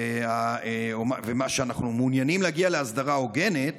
ואנחנו מעוניינים להגיע להסדרה הוגנת,